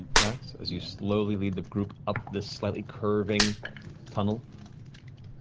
vax, as you slowly lead the group up this slightly curving tunnel.